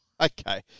Okay